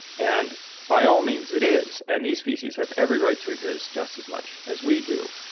and by all means it is and these species have every right to exist, just as much as we do.